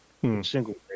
single